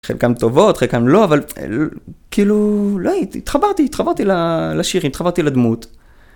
חלקן טובות חלקן לא אבל כאילו לא התחברתי התחברתי לשיר התחברתי לדמות